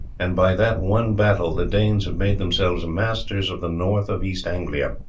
and by that one battle the danes have made themselves masters of the north of east anglia.